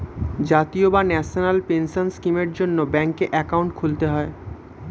জাতীয় বা national pension স্কিমের জন্যে ব্যাঙ্কে অ্যাকাউন্ট খুলতে হয়